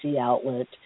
outlet